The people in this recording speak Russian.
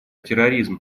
терроризм